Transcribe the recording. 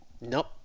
Nope